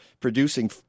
producing